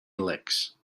licks